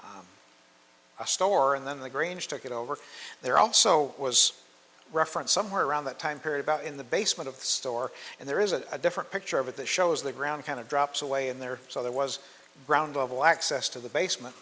a a store and then the grange took it over there also was referenced somewhere around that time period out in the basement of the store and there is a different picture of it that shows the ground kind of drops away in there so there was ground level access to the basement